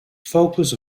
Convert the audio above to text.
focus